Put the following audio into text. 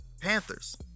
panthers